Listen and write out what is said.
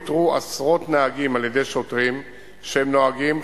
אותרו עשרות נהגים על-ידי שוטרים כשהם נוהגים.